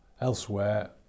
elsewhere